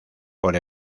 por